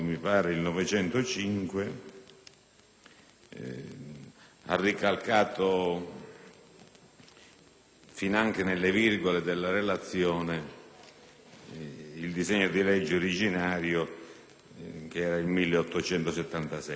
ha ricalcato, anche nelle virgole della relazione, il disegno di legge originario n. 1877. È un grossissimo risultato